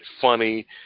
funny